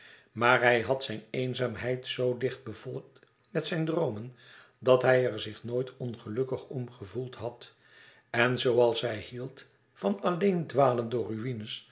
maar hij had zijne eenzaamheid zoo dicht bevolkt met zijne droomen dat hij er zich nooit ongelukkig om gevoeld had en zooals hij hield van alleen dwalen door ruïnes